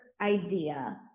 idea